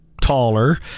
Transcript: taller